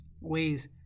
ways